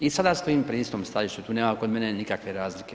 I sada stojim pri istom stajalištu, tu nema kod mene nikakve razlike.